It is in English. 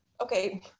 Okay